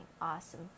awesome